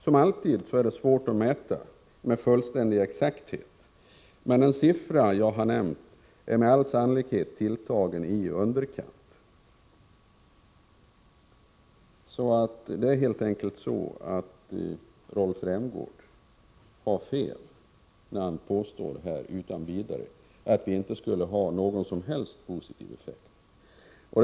Som alltid är den svår att mäta med fullständig exakthet, men den siffra jag har nämnt är med all sannolikhet tilltagen i underkant. Rolf Rämgård har helt enkelt fel när han utan vidare påstår att det inte skulle bli någon som helst positiv effekt.